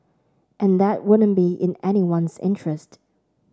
and that wouldn't be in anyone's interest